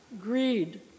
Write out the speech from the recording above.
greed